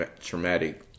traumatic